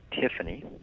Tiffany